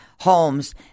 homes